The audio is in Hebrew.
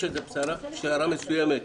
יש איזו פשרה מסוימת,